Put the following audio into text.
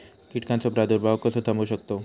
कीटकांचो प्रादुर्भाव कसो थांबवू शकतव?